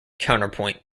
counterpoint